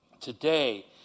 today